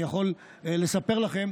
אני יכול לספר לכם